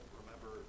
remember